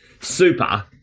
super